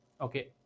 okay